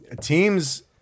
teams